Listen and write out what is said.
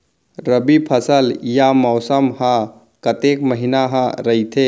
रबि फसल या मौसम हा कतेक महिना हा रहिथे?